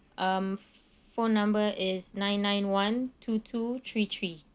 um phone number is nine nine one two two three three